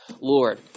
Lord